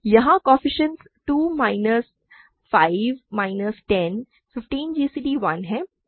यहां coefficients 2 minus 5 minus 10 15 GCD 1 है